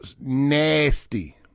nasty